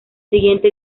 siguiente